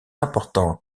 important